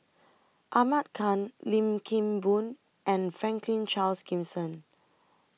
Ahmad Khan Lim Kim Boon and Franklin Charles Gimson